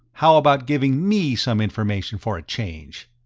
how about giving me some information for a change?